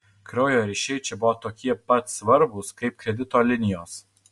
kraujo ryšiai čia buvo tokie pats svarbūs kaip kredito linijos